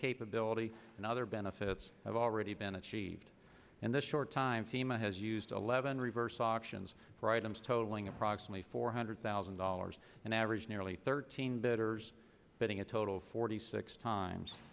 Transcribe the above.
capability and other benefits have already been achieved in the short time thema has used eleven reverse auctions for items totaling approximately four hundred thousand dollars and average nearly thirteen bidders bidding a total forty six times